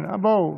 אבל, בוא,